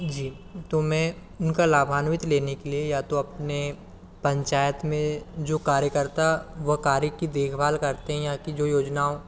जी तो मैं उनका लाभांवित लेने के लिए या तो अपने पंचायत में जो कार्यकर्ता वह कार्य की देखभाल करते हें यहाँ कि जो योजनाओं